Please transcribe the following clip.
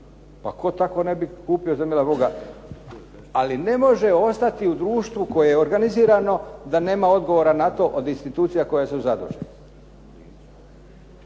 Pa tko tako ne bi kupio za miloga Boga. Ali ne može ostati u društvu koje je organizirano da nema odgovora na to od institucija koje su zadužene.